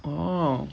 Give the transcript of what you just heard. orh